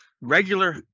regular